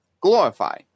glorify